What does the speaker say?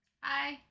Hi